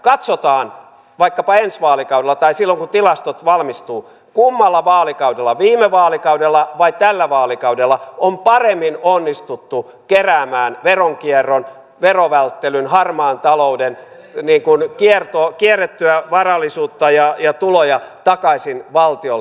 katsotaan vaikkapa ensi vaalikaudella tai silloin kun tilastot valmistuvat kummalla vaalikaudella viime vaalikaudella vai tällä vaalikaudella on paremmin onnistuttu keräämään veronkierron verovälttelyn harmaan talouden kierrettyä varallisuutta ja tuloja takaisin valtiolle